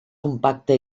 compacte